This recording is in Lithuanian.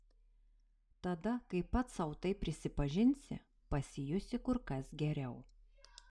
tada kai pats sau tai prisipažinsi pasijausi kur kas geriau